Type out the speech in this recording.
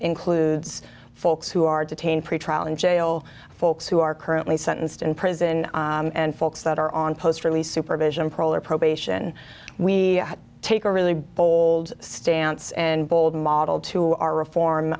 includes folks who are detained pretrial in jail folks who are currently sentenced in prison and folks that are on post release supervision probably are probation we take a really bold stance and bold model to our reform